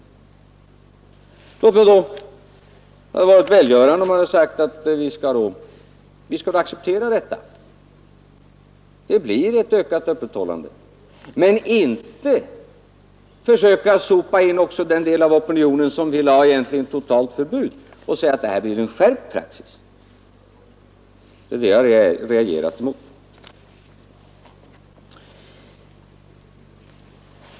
Det hade varit välgörande om man sagt att vi skall acceptera att det blir ett ökat öppethållande, men inte försökt få med också den del av opinionen som egentligen vill ha totalt förbud och säga att det blir en skärpt praxis. Det är det jag har reagerat emot.